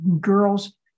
girls